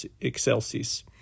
Excelsis